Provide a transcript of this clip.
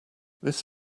this